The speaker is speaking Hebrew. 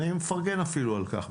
אני מפרגן אפילו על כך.